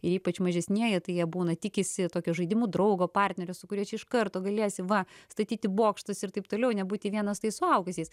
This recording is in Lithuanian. ir ypač mažesnieji tai jie būna tikisi tokio žaidimų draugo partnerio su kuriuo čia iš karto galės va statyti bokštus ir taip toliau nebūti vienas su tais suaugusiais